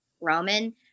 Roman